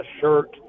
shirt